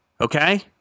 Okay